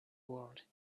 world